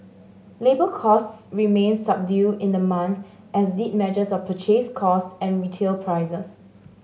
labour costs remained subdued in the month as the measures of purchase cost and retail prices